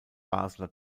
basler